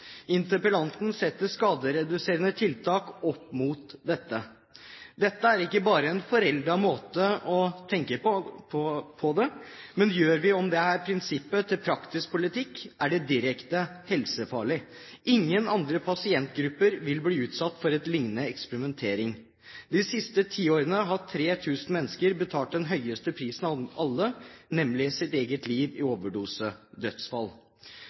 Interpellanten setter skadereduserende tiltak opp mot dette. Dette er ikke bare en foreldet måte å tenke på, men gjør vi om på dette prinsippet til praktisk politikk, er det direkte helsefarlig. Ingen andre pasientgrupper vil bli utsatt for en lignende eksperimentering. De siste tiårene har 3 000 mennesker betalt den høyeste prisen av alle, nemlig sitt eget liv i